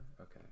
Okay